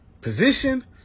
position